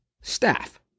staff